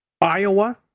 Iowa